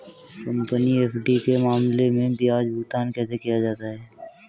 Company FD के मामले में ब्याज भुगतान कैसे किया जाता है?